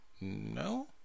No